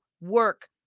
work